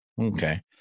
Okay